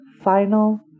final